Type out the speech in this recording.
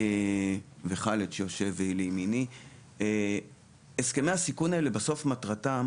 ועל ידי חאלד מטרתם